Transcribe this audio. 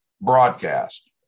broadcast